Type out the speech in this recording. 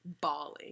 bawling